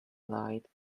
light